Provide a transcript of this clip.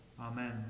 Amen